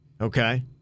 Okay